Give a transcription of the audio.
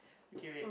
okay wait